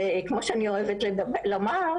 וכמו שאני אוהבת לומר,